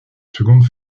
seconde